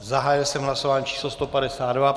Zahájil jsem hlasování číslo 152.